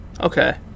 Okay